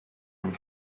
and